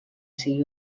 sigui